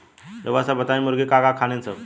रउआ सभ बताई मुर्गी का का खालीन सब?